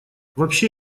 вообще